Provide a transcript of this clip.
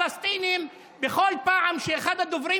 ככה הרגישו הפלסטינים בכל פעם שאחד הדוברים